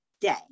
day